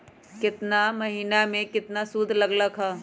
केतना महीना में कितना शुध लग लक ह?